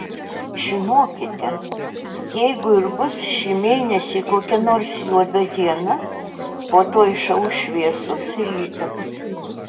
žinokite jeigu ir bus šį mėnesį kokia nors juoda diena po to išauš šviesus rytas